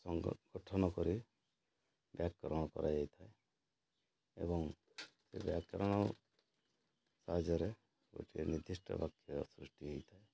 ସଙ୍ଗ ଗଠନ କରି ବ୍ୟାକରଣ କରାଯାଇଥାଏ ଏବଂ ସେ ବ୍ୟାକରଣ ସାହାଯ୍ୟରେ ଗୋଟିଏ ନିର୍ଦ୍ଧିଷ୍ଟ ବାକ୍ୟ ସୃଷ୍ଟି ହେଇଥାଏ